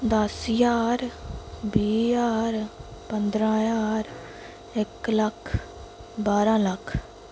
दस ज्हार बीह् ज्हार पंदरां ज्हार एक्क लक्ख बारां लक्ख